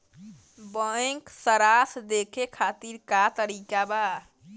Bank सराश देखे खातिर का का तरीका बा?